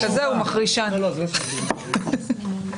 המשטרה לא זומנה לדיון הזה פה.